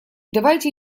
давайте